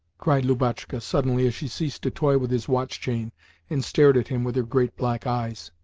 cried lubotshka suddenly as she ceased to toy with his watch-chain and stared at him with her great black eyes.